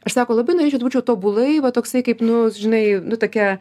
aš sako labai norėčiau kad būčiau tobulai va toksai kaip nu žinai nu tokia